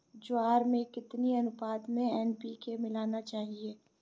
ज्वार में कितनी अनुपात में एन.पी.के मिलाना चाहिए?